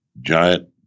giant